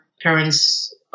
parents